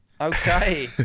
Okay